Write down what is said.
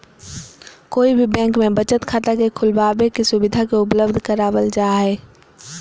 कोई भी बैंक में बचत खाता के खुलबाबे के सुविधा के उपलब्ध करावल जा हई